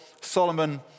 Solomon